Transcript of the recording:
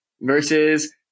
versus